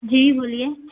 जी बोलिए